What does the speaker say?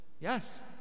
Yes